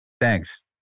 Thanks